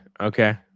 okay